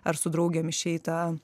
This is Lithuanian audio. ar su draugėm išeita